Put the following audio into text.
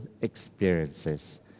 experiences